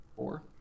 Four